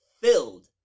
filled